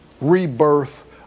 Rebirth